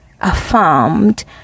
affirmed